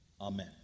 Amen